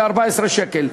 ב-14 שקל.